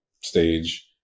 stage